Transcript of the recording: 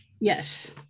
Yes